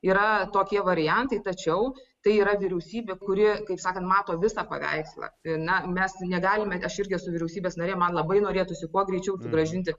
yra tokie variantai tačiau tai yra vyriausybė kuri kaip sakant mato visą paveikslą ir na mes negalime aš irgi esu vyriausybės narė man labai norėtųsi kuo greičiau sugrąžinti